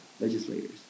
legislators